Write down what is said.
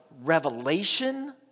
revelation